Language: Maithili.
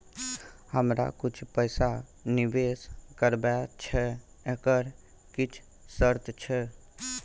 हमरा कुछ पैसा निवेश करबा छै एकर किछ शर्त छै?